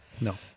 No